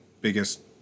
biggest